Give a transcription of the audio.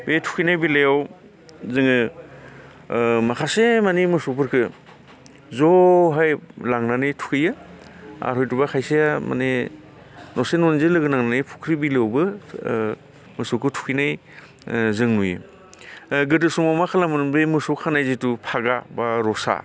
बे थुखैनाय बेलायाव जोङो ओ माखासे मानि मोसौफोरखो जहाय लांनानै थुखैयो आर हयथबा खायसे मानि न'से न'नैजों लोगो नांनानै फुख्रि बिलोआवबो ओ मोसौखौ थुखैनाय ओ जों नुयो ओ गोदो समाव मा खालामोमोन बै मोसौ खानाय जिथु फागा बा रसा